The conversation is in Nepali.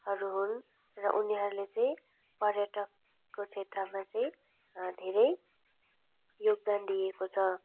हरू हुन् र उनीहरूले चाहिँ पर्यटकको क्षेत्रमा चाहिँ धेरै योगदान दिएको छ